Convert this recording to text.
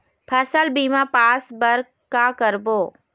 फसल बीमा पास बर का करबो?